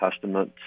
Testament